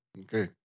Okay